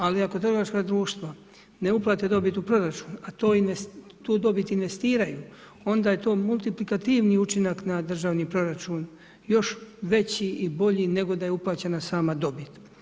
Ali ako trgovačka društva ne uplate dobit u proračun, a tu dobit investiraju onda je to multiplikativni učinak na državni proračun još veći i bolji nego da je uplaćena sama dobit.